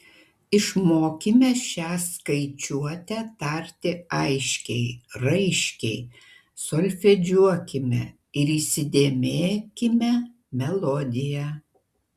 išmokime šią skaičiuotę tarti aiškiai raiškiai solfedžiuokime ir įsidėmėkime melodiją